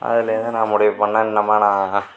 அதுலேயிருந்து நான் முடிவு பண்ணேன் இன்னமே நான்